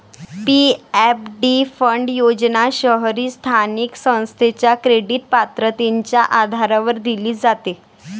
PFD fund योजना शहरी स्थानिक संस्थेच्या क्रेडिट पात्रतेच्या आधारावर दिली जाते